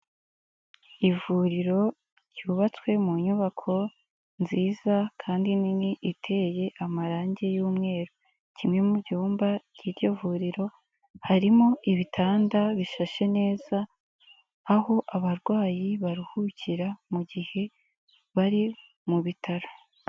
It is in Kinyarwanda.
Ivuriro ryubatswe mu nyubako nziza kandi nini iteye amarangi y'umweru. Kimwe mu byumba by'iryo vuriro, harimo ibitanda bishashe neza, aho abarwayi baruhukira mu gihe bari mu bitaro.